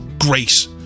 Great